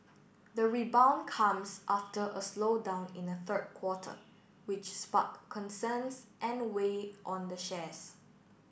the rebound comes after a slowdown in the third quarter which sparked concerns and weighed on the shares